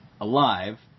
alive